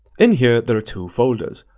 in here, there are two folders.